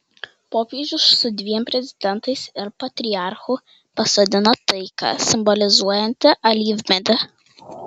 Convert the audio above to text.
popiežius su dviem prezidentais ir patriarchu pasodino taiką simbolizuojantį alyvmedį